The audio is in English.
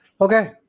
Okay